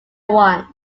want